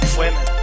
women